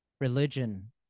religion